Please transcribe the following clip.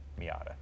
Miata